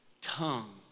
tongue